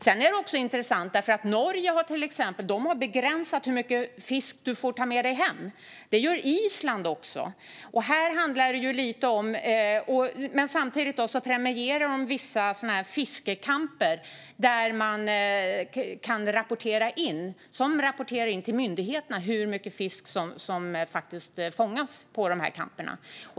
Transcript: Det är också intressant, eftersom till exempel Norge och Island har begränsat hur mycket fisk du får ta med dig hem. Samtidigt premierar de vissa fiskecamper som rapporterar in till myndigheterna hur mycket fisk som faktiskt fångas på campen.